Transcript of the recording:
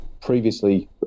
previously